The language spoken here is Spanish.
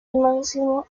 máximo